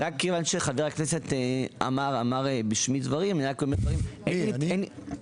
רק בגלל שחבר הכנסת אמר דברים בשמי אין